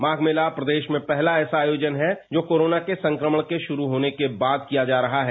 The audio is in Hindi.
माघ मेला प्रदेश में पहला ऐसा आयोजन है जो कोरोना के संक्रमण के शुरू होने के बाद किया जा रहा है